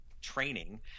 training